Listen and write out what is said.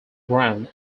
ground